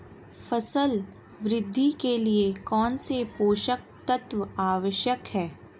फसल वृद्धि के लिए कौनसे पोषक तत्व आवश्यक हैं?